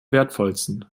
wertvollsten